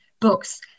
books